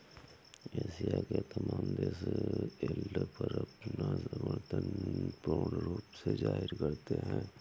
Asia के तमाम देश यील्ड पर अपना समर्थन पूर्ण रूप से जाहिर करते हैं